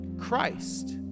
Christ